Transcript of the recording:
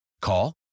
Call